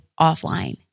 offline